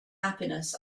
happiness